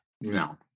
No